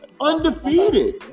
Undefeated